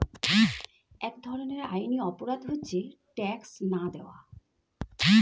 এক ধরনের আইনি অপরাধ হচ্ছে ট্যাক্স না দেওয়া